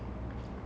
mm